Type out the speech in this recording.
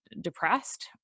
depressed